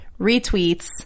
retweets